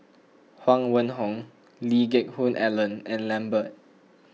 Huang Wenhong Lee Geck Hoon Ellen and Lambert